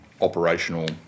operational